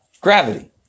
Gravity